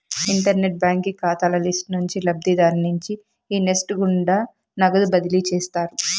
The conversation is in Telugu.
ఇంటర్నెట్ బాంకీ కాతాల లిస్టు నుంచి లబ్ధిదారుని ఎంచి ఈ నెస్ట్ గుండా నగదు బదిలీ చేస్తారు